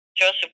Joseph